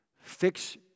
fix